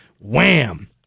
wham